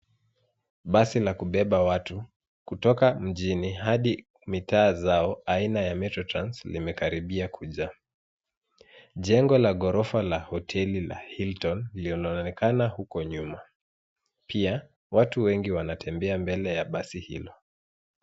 Basi la kubeba watu kutoka mjini hadi mitaa zao aina ya Metro Trans limekaribia kujaa. Jengo la ghorofa la hoteli la Hilton linaonekana huko nyuma. Pia watu wengi wanatembea mbele ya basi hilo.